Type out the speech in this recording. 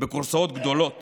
בכורסאות גדולות